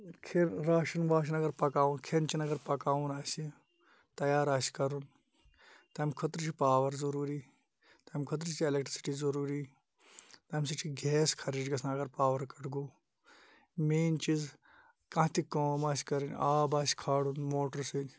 ration واشَن اَگَر پَکاوو کھیٚن چیٚن اَگَر پَکاوُن آسہِ تَیار آسہِ کَرُن تمہِ خٲطرٕ چھُ پاوَر ضروٗری تمہِ خٲطرٕ چھَ ایٚلکٹرسٹی ضروٗری امہِ سۭتۍ چھِ گیس گَژھان خرچ گَژھان اَگَر پاوَر کَٹ گوٚو مین چیٖز کانٛہہ تہِ کٲم آسہِ کَرٕنۍ آب آسہِ کھالُن موٹرٕ سۭتۍ